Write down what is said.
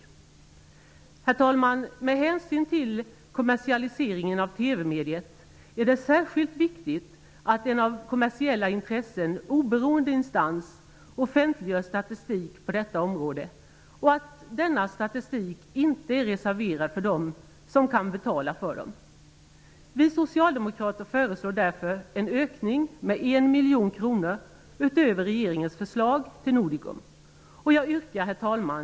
Herr talman! Med hänsyn till kommersialiseringen av TV-mediet är det särskilt viktigt att en av kommersiella intressen oberoende instans offentliggör statistik på detta område och att statistiken inte är reserverad för dem som kan betala för den. Vi socialdemokrater föreslår därför, utöver regeringens förslag, en ökning av anslaget till Nordicom med 1 miljon kronor. Herr talman!